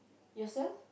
yourself